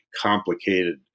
complicated